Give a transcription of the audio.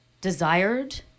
desired